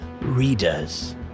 readers